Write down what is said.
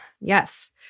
Yes